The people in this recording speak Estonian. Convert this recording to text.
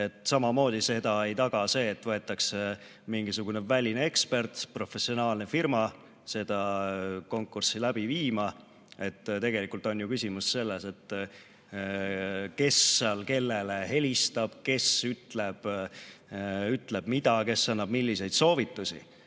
Samamoodi seda ei taga see, et võetakse mingisugune väline ekspert, professionaalne firma seda konkurssi läbi viima. Tegelikult on ju küsimus selles, kes seal kellele helistab, kes ütleb mida, kes annab milliseid soovitusi.